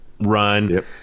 run